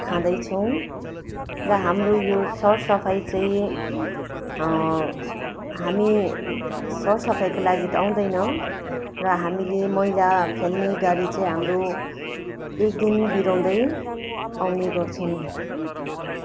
खाँदैछौँ र हाम्रो यो सरसफाइ चाहिँ हामी सरसफाइको लागि त आउँदैनौँ र हामीले मैला फ्याल्ने गाडी चाहिँ हाम्रो एकदिन बिराउँदै आउने गर्छन्